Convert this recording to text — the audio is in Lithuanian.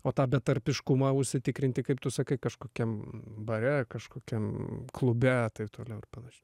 o tą betarpiškumą užsitikrinti kaip tu sakai kažkokiam bare kažkokiam klube taip toliau ir panašiai